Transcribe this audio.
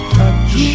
touch